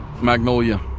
Magnolia